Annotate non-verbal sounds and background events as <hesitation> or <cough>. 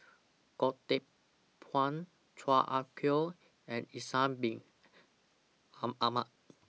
Goh Teck Phuan Chan Ah Kow and Ishak Bin <noise> <hesitation> Ahmad